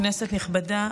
כנסת נכבדה,